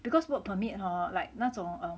because work permit hor like 那种